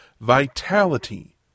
Vitality